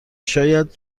شاید